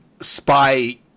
spy